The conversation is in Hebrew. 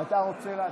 אתה רוצה,